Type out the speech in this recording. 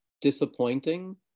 disappointing